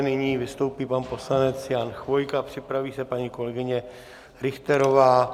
Nyní vystoupí pan poslanec Jan Chvojka, připraví se paní kolegyně Richterová.